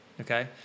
okay